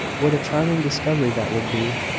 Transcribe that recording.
what a charming discovery that would be!